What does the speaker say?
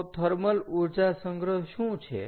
તો થર્મલ ઊર્જા સંગ્રહ શું છે